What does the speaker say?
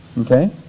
Okay